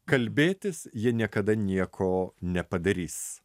kalbėtis jie niekada nieko nepadarys